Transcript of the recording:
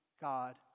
God